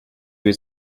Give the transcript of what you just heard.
was